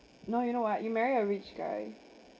no you know what you marry a rich guy